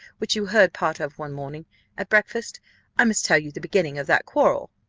which you heard part of one morning at breakfast i must tell you the beginning of that quarrel.